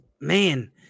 man